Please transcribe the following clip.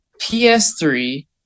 PS3